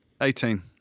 18